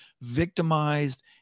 victimized